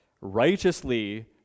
righteously